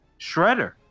Shredder